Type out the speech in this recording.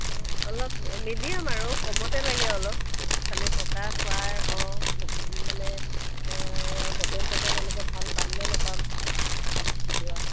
অঁ অলপ মিডিয়াম আৰু কমতে লাগে অলপ খালী থকা খোৱাৰ অঁ মানে হোটেল চোটেল এনেকৈ ভাল পামনে নাপাম যোৱা